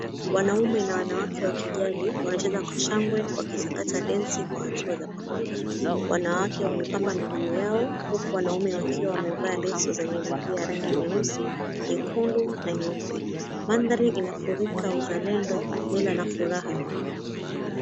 Wanaume na wanawake wa kijadi wanacheza kwa shangwe wakisakata densi kwa hatuna za pamoja. Wanawake wamepamba miguu yao huku wanaume wakiwa wamevaa leso zenye nidhii ya rangi nyeusi, nyekundu na nyeupe. Maandhari inafurika uzalendo, mila na furaha ya pamoja.